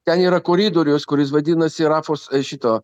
ten yra koridorius kuris vadinasi rafos šito